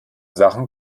sachen